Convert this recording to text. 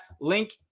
link